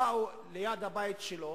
באו ליד הבית שלו